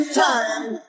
time